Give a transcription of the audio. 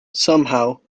somehow